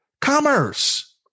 Commerce